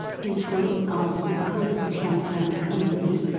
detroit um zip code but hamtramck community.